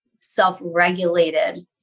self-regulated